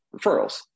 referrals